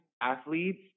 athletes